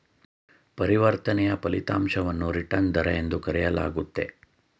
ಪರಿವರ್ತನೆಯ ಫಲಿತಾಂಶವನ್ನು ರಿಟರ್ನ್ ದರ ಎಂದು ಕರೆಯಲಾಗುತ್ತೆ